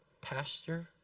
pasture